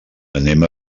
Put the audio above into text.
anem